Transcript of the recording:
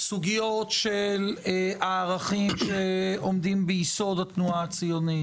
סוגיות של ערכים שעומדים ביסוד התנועה הציונית.